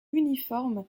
uniforme